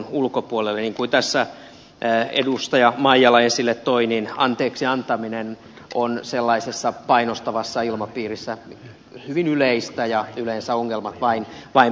niin kuin tässä edustaja maijala esille toi anteeksiantaminen on sellaisessa painostavassa ilmapiirissä hyvin yleistä ja yleensä ongelmat vain pahenevat siitä